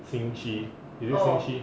心虚 is it 心虚